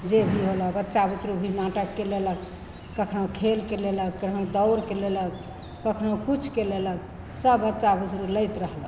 जे भी होलऽ बच्चा बुतरु भी नाटक कै लेलक कखनहु खेल कै लेलक कहीँ दौड़ कै लेलक कखनहु किछु कै लेलक सभ बच्चा बुतरु लैत रहल